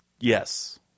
Yes